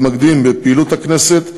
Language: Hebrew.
ומתמקדים בפעילות הכנסת,